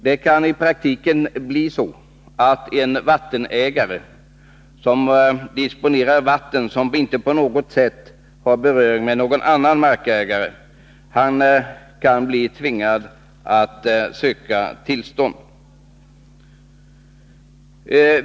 Det kan i praktiken bli så att en markägare som disponerar vatten som inte på något sätt har beröring med någon annan markägare kan bli tvingad att söka tillstånd.